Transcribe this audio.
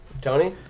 Tony